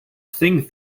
thing